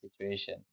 situation